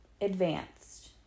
advanced